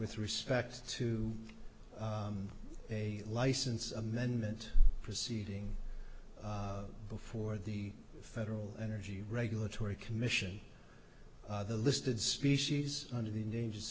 with respect to a license amendment proceeding before the federal energy regulatory commission the listed species under the endangered